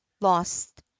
lost